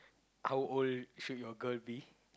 how old should your girl be